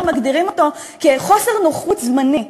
מגדיר אותו כחוסר נוחות זמני.